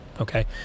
Okay